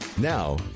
now